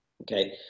Okay